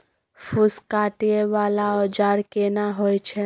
फूस काटय वाला औजार केना होय छै?